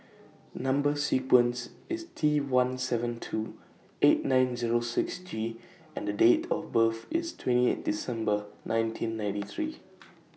Number sequence IS T one seven two eight nine Zero six G and Date of birth IS twenty eight December nineteen ninety three